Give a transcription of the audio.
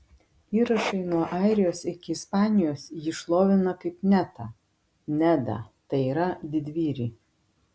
įrašai nuo airijos iki ispanijos jį šlovina kaip netą nedą tai yra didvyrį